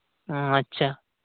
ᱚ ᱟᱪᱪᱷᱟ